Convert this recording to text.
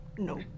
No